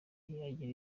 ntiyagira